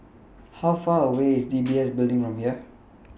How Far away IS D B S Building from here